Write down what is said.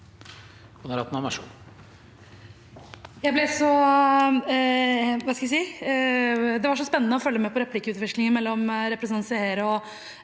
Det var så spennende å følge med på replikkvekslingen mellom representantene Seher